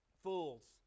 Fools